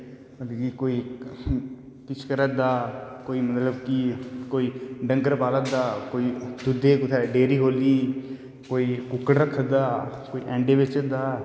मतलव का कोई किश करा दा कोई मतलव की कोई डंगर पाला दा कोई दुध्दे दी डेरी कोली दी कोई कुक्कड़ रक्खा दा कोई ऐंडे बेचा दा